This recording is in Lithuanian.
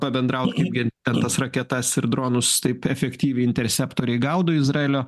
pabendraut kaip gi ten tas raketas ir dronus taip efektyviai interseptoriai gaudo izraelio